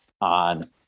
on